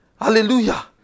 Hallelujah